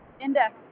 index